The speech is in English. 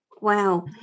Wow